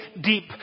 deep